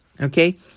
Okay